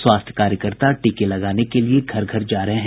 स्वास्थ्य कार्यकर्ता टीका लगाने के लिए घर घर जा रहे हैं